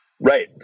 Right